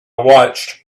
watched